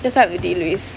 that's why have to deal with